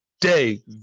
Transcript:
day